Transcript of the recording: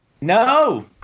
no